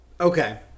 okay